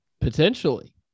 Potentially